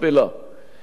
מי שמכר,